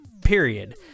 period